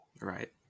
right